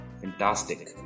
fantastic